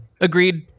Agreed